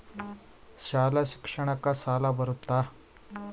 ಶಾಲಾ ಶಿಕ್ಷಣಕ್ಕ ಸಾಲ ಬರುತ್ತಾ?